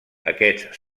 aquests